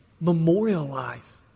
memorialize